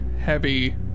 heavy